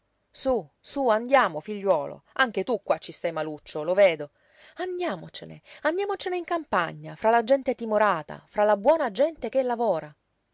sú sú andiamo figliuolo anche tu qua ci stai maluccio lo vedo andiamocene andiamocene in campagna fra la gente timorata fra la buona gente che lavora